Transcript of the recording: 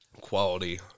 Quality